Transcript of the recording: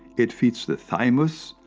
it feeds the thymus,